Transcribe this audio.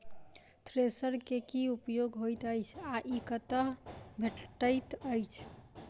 Thresher केँ की उपयोग होइत अछि आ ई कतह भेटइत अछि?